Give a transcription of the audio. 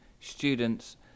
students